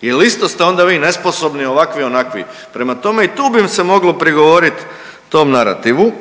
jel isto ste onda vi nesposobni, ovakvi, onakvi? Prema tome, i tu bi im se moglo prigovorit tom narativu.